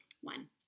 One